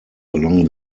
along